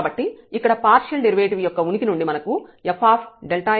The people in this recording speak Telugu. కాబట్టి ఇక్కడ పార్షియల్ డెరివేటివ్ యొక్క ఉనికి నుండి మనకు fx0 f00x ఉంది